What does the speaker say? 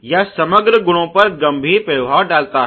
या समग्र गुणों पर गंभीर प्रभाव डालता है